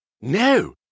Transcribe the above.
No